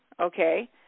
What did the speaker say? Okay